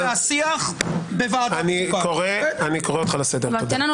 מה זה השיג והשיח --- אני קורא אותך לסדר.